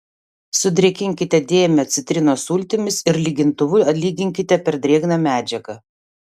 sudrėkinkite dėmę citrinos sultimis ir lygintuvu lyginkite per drėgną medžiagą